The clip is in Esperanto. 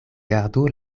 gardu